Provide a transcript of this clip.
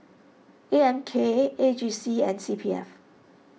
A M K A G C and C P F